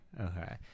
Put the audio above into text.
okay